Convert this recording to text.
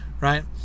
Right